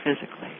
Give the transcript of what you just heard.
physically